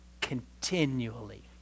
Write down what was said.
continually